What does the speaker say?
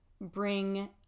bring